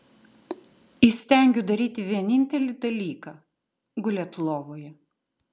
įstengiu daryti vienintelį dalyką gulėt lovoje